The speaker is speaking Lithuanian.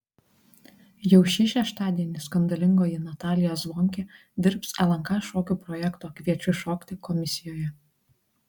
jau šį šeštadienį skandalingoji natalija zvonkė dirbs lnk šokių projekto kviečiu šokti komisijoje